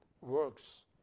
works